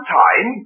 time